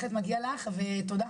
אז, תודה.